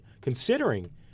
considering